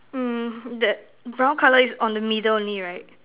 mm that brown colour is on the middle only right